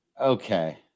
okay